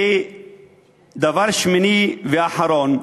דבר שמיני ואחרון,